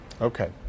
okay